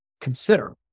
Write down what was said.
consider